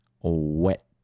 wet